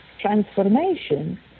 transformation